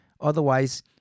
Otherwise